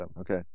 Okay